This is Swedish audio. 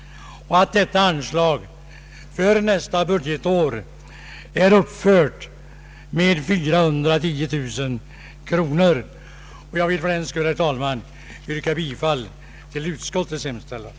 Detta anslag är för nästa budgetår uppfört med 410 000 kr. Jag yrkar bifall till utskottets hemställan.